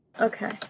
Okay